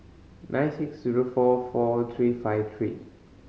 nine six zero four four three five three